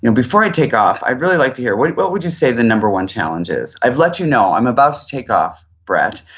you know before i take off, i'd really like to hear, what what would you say the number one challenge is? i've let you know i'm about to take off, brett.